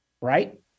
right